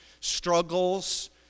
struggles